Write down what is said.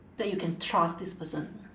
that you can trust this person